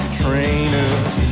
trainers